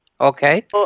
Okay